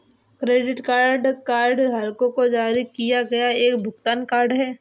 credit card कार्डधारकों को जारी किया गया एक भुगतान कार्ड है